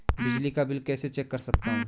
बिजली का बिल कैसे चेक कर सकता हूँ?